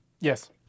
Yes